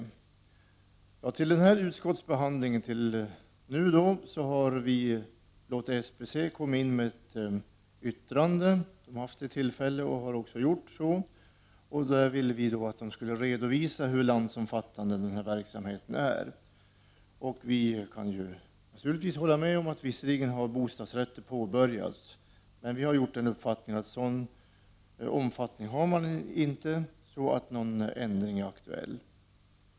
Inför den aktuella utskottsbehandlingen har vi låtit SBC komma in med ett yttrande. Vi ville att SBC skulle redovisa hur landsomfattande deras verksamhet är. Vi kan naturligtvis hålla med om att förmedling av bostadsrätter har påbörjats. Vi är emellertid av den uppfattningen att verksamheten inte har den omfattningen att en ändring är aktuell.